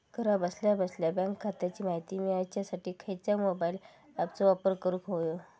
घरा बसल्या बसल्या बँक खात्याची माहिती मिळाच्यासाठी खायच्या मोबाईल ॲपाचो वापर करूक होयो?